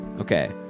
Okay